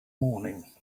morning